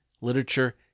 literature